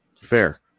fair